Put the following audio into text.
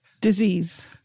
disease